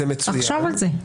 תחשוב על זה.